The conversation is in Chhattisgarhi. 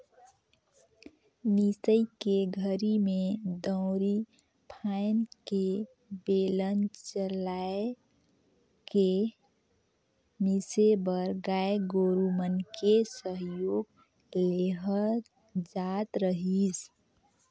मिसई के घरी में दउंरी फ़ायन्द के बेलन चलाय के मिसे बर गाय गोरु मन के सहयोग लेहल जात रहीस